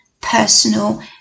personal